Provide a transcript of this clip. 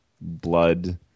blood